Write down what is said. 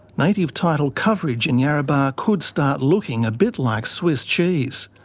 native title coverage in yarrabah could start looking a bit like swiss cheese.